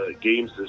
games